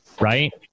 right